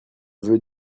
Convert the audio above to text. veux